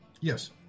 Yes